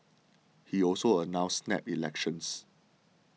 he also announced snap elections